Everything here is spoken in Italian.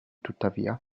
tuttavia